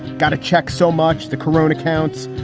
got a check so much the carone accounts,